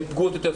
הן פגועות יותר,